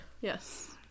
Yes